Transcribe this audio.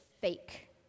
fake